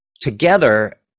together